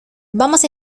vamos